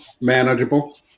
manageable